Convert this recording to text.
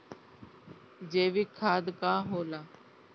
जैवीक खाद का होला?